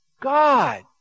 God